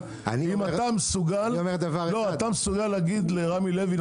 האם אתה מסוגל להגיד לרמי לוי,